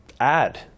add